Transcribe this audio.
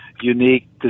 unique